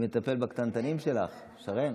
מי מטפל בקטנטנים שלך, שרן,